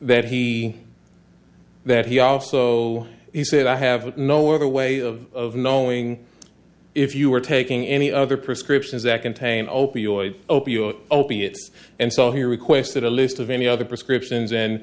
that he that he also he said i have no other way of knowing if you are taking any other prescriptions that contain opioid opioid opiates and so he requested a list of any other prescriptions and